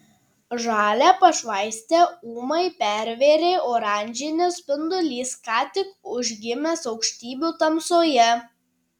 žalią pašvaistę ūmai pervėrė oranžinis spindulys ką tik užgimęs aukštybių tamsoje